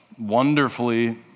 wonderfully